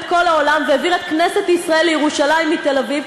כל העולם והעביר את כנסת ישראל לירושלים מתל-אביב.